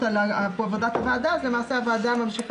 יש חזון להתאחדות והחזון הוא כן לקדם